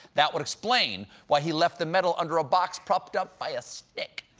that would explain why he left the medal under a box propped up by a stick.